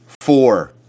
four